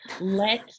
let